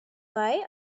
why